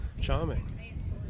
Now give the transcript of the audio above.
charming